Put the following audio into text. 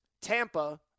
Tampa